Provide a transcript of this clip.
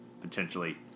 potentially